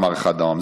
אמר אחד העם.